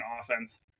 offense